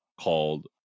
called